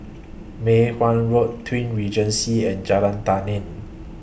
Mei Hwan Road Twin Regency and Jalan Tani